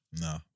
No